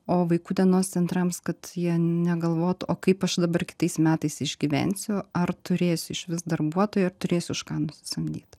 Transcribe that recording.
o vaikų dienos centrams kad jie negalvotų o kaip aš dabar kitais metais išgyvensiu ar turėsiu išvis darbuotojų ar turėsiu už ką nusisamdyt